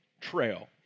trail